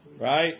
Right